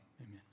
Amen